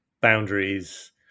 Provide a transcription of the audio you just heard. boundaries